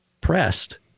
pressed